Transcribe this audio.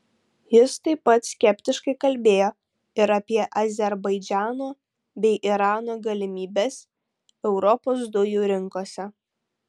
jis taip pat skeptiškai kalbėjo ir apie azerbaidžano bei irano galimybes europos dujų rinkose